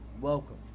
welcome